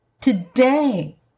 today